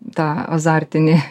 tą azartinį